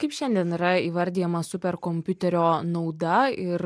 kaip šiandien yra įvardijama superkompiuterio nauda ir